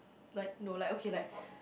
like no like okay like